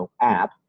app